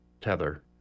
Tether